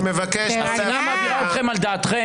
השנאה מעבירה אתכם על דעתכם.